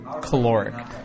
caloric